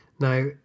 Now